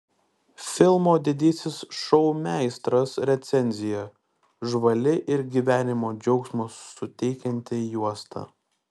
filmo didysis šou meistras recenzija žvali ir gyvenimo džiaugsmo suteikianti juosta